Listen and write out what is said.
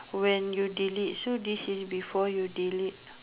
when you delete so this is before you delete